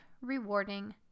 rewarding